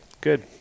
Good